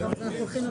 14:15.